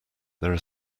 are